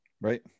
Right